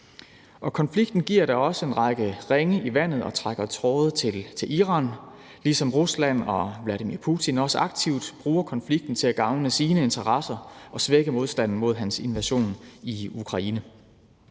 Konflikten giver da også en række ringe i vandet og trækker tråde til Iran, ligesom Rusland og Vladimir Putin også aktivt bruger konflikten til at gavne sine interesser og svække modstanden mod hans invasion i Ukraine.